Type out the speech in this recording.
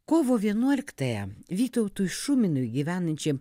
kovo vienuoliktąją vytautui šuminui gyvenančiam